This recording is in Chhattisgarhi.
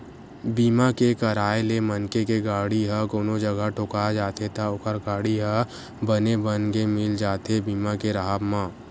बीमा के कराय ले मनखे के गाड़ी ह कोनो जघा ठोका जाथे त ओखर गाड़ी ह बने बनगे मिल जाथे बीमा के राहब म